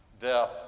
death